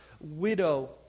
widow